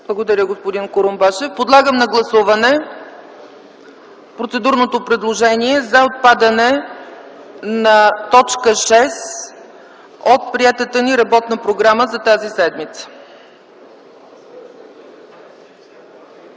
Благодаря, господин Курумбашев. Подлагам на гласуване процедурното предложение за отпадане на т. 6 от приетата ни работна програма за тази седмица.